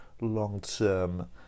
Long-term